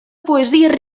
poesies